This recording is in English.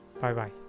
Bye-bye